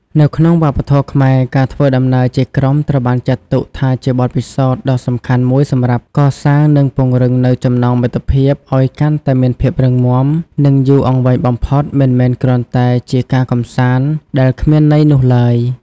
នៅក្នុងវប្បធម៌ខ្មែរ ការធ្វើដំណើរជាក្រុមត្រូវបានចាត់ទុកថាជាបទពិសោធន៍ដ៏សំខាន់មួយសម្រាប់កសាង និងពង្រឹងនូវចំណងមិត្តភាពឲ្យកាន់តែមានភាពរឹងមាំនិងយូរអង្វែងបំផុត មិនមែនគ្រាន់តែជាការកម្សាន្តដែលគ្មានន័យនោះឡើយ។